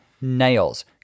nails